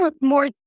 more